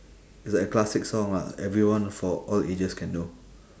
it's like a classic song lah everyone for all ages can know